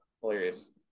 hilarious